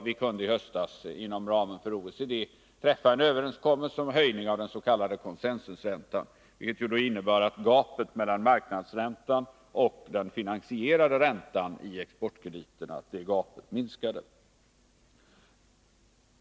Vi kunde i höstas inom ramen för OECD träffa en överenskommelse om höjning av den s.k. consensusräntan, vilket innebar att gapet mellan marknadsräntan och den finansierade räntan i exportkrediterna minskade.